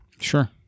Sure